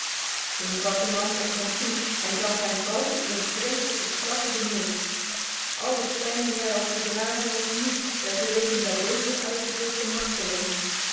trad de man op hem toe en gaf hem kalm een vreselijke slag op de neus al de pijn die hij had verdragen was niets vergeleken bij deze uitgezochte marteling